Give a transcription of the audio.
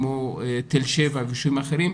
כמו תל שבע ויישובים אחרים,